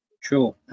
Sure